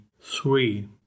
three